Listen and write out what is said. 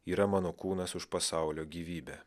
yra mano kūnas už pasaulio gyvybę